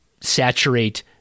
saturate